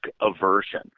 aversion